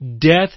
death